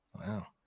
Wow